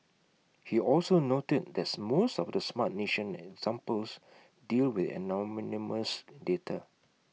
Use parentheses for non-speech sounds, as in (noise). he also noted that most of the Smart Nation examples deal with (unintelligible) data